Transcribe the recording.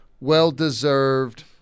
well-deserved